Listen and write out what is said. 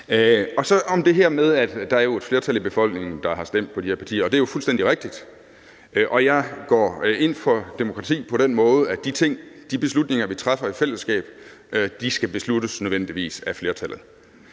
Så til det her med, at der er et flertal i befolkningen, der har stemt på de her partier: Det er jo fuldstændig rigtigt. Jeg går ind for demokrati på den måde, at de beslutninger, vi træffer i fællesskab, nødvendigvis skal besluttes af flertallet.